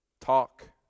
talk